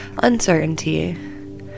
uncertainty